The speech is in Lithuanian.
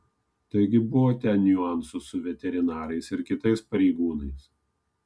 taigi buvo ten niuansų su veterinarais ir kitais pareigūnais